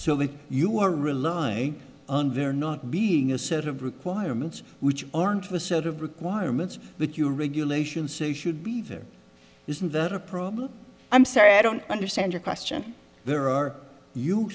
so that you are rely on there not being a set of requirements which aren't was set of requirements that your regulations say should be there isn't that a problem i'm sorry i don't understand your question there are you